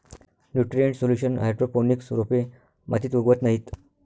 nutrient solution hydroponics रोपे मातीत उगवत नाहीत